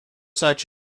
such